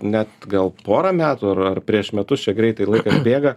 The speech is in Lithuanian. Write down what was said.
net gal porą metų ar ar prieš metus čia greitai laikas bėga